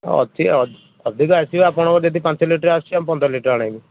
ଅଛି ଅଧିକା ଆସିବ ଆପଣ ଦେବେ ପାଞ୍ଚ ଲିଟର ଆସୁଛି ପନ୍ଦର ଲିଟର ଅଣେଇବୁ